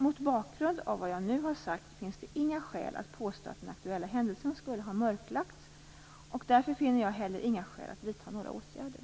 Mot bakgrund av vad jag nu har sagt finns det inga skäl att påstå att den aktuella händelsen skulle ha mörklagts, och därför finner jag heller inga skäl att vidta några åtgärder.